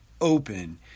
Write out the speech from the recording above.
open